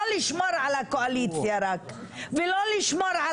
לא לשמור רק על הקואליציה ולא לשמור על